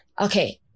Okay